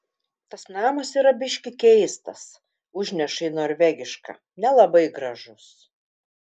tas namas yra biški keistas užneša į norvegišką nelabai gražus